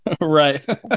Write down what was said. Right